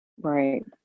Right